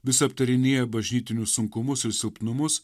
vis aptarinėja bažnytinius sunkumus ir silpnumus